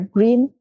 Green